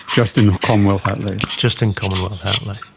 just in commonwealth outlays? just in commonwealth outlay.